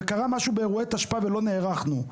וקרה משהו באירועי תשפ"א, ולא נערכנו.